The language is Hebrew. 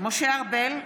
משה ארבל,